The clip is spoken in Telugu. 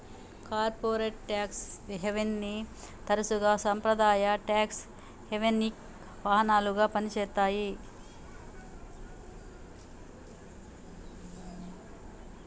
కార్పొరేట్ ట్యేక్స్ హెవెన్ని తరచుగా సాంప్రదాయ ట్యేక్స్ హెవెన్కి వాహనాలుగా పనిచేత్తాయి